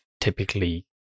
typically